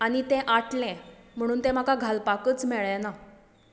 आनी तें आटलें म्हुणून तें म्हाका घालपाकच मेळ्ळें ना